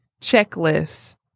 checklist